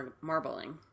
marbling